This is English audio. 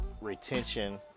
retention